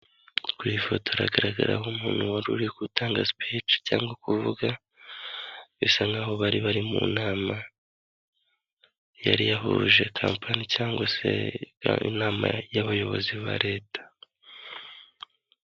Ku ifoto iragaragaraho umuntu wari uri gutanga sipici cyangwa kuvuga, bisa nkaho bari bari mu nama yari yahuje kampani cyangwa se inama y'abayobozi ba leta.